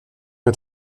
est